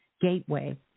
gateway